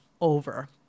over